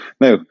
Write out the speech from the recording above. Now